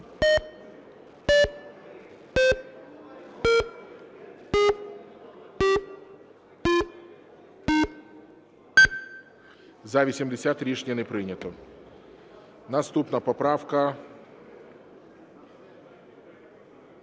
За-80 Рішення не прийнято. Наступна поправка